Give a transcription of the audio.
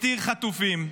הסתיר חטופים.